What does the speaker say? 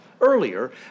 earlier